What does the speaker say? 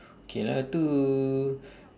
okay lah tu